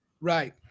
Right